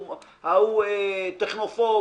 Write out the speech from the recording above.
ההוא טכנופוב.